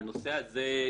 הנושא הזה,